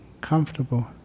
comfortable